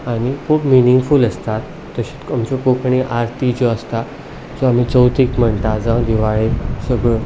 आनी खूब मिनींगफूल आसता तशीं आमच्यो कोंकणी आरती ज्यो आसता ज्यो आमी चवथीक म्हणटा जावं दिवाळेक सगळ्यो